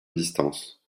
distance